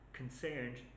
concerned